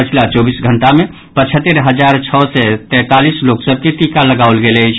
पछिला चौबीस घंटा मे पचहत्तरि हजार छओ सय तैंतालीस लोक सभ के टीका लगाओल गेल अछि